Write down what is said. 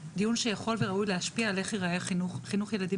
דיון שיכול וראוי להשפיע על איך יראה חינוך ילדים